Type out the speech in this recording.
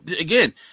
again